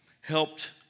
helped